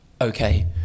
okay